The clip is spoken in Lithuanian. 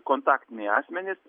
kontaktiniai asmenys